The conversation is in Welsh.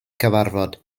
cyfarfod